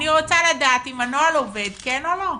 אני רוצה לדעת אם הנוהל עובד, כן או לא.